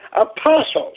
apostles